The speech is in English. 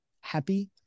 happy